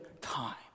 time